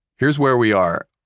here's where we are.